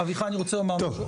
אביחי, אני רוצה לומר משהו.